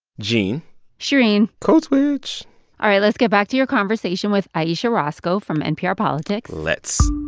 gene shereen code switch all right. let's get back to your conversation with ayesha rascoe from npr politics let's